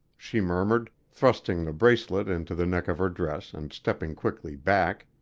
she murmured, thrusting the bracelet into the neck of her dress and stepping quickly back.